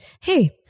Hey